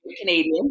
Canadian